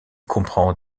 comprend